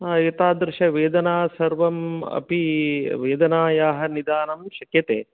एतादृशवेदना सर्वम् अपि वेदनायाः निदानं शक्यते